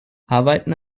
arbeiten